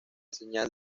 señal